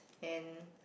and